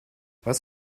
was